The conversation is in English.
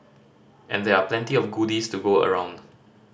and there are plenty of goodies to go around